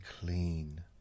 clean